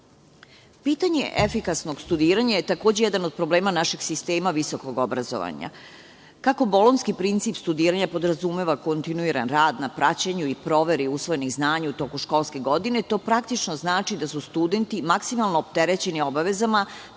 rada. Pitanje efikasnog studiranja je takođe jedan od problema našeg sistema visokog obrazovanja. Kako bolonjski princip studiranja podrazumeva kontinuiran rad na praćenju i proveri usvojenih znanja u toku školske godine, to praktično znači da su studenti maksimalno opterećeni obavezama